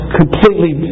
completely